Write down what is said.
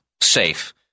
safe